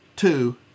Two